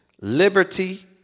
liberty